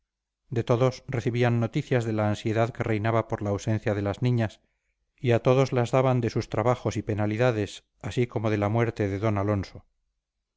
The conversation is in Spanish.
de todos recibían noticias de la ansiedad que reinaba por la ausencia de las niñas y a todos las daban de sus trabajos y penalidades así como de la muerte de d alonso